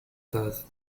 does